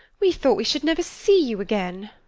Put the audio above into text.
we thought we should never see you again.